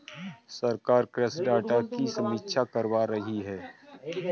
सरकार कृषि डाटा की समीक्षा करवा रही है